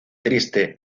triste